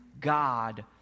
God